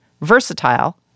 Versatile